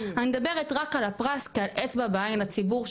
אני מדברת רק על הפרס כעל אצבע לעין לציבור,